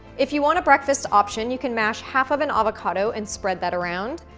if you want a breakfast option, you can mash half of an avocado and spread that around.